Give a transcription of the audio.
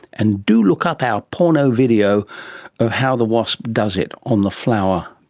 and do look up our porno video of how the wasp does it on the flower,